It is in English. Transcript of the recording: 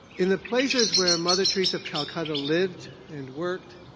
in the places where mother teresa of calcutta lived and worked,